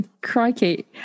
crikey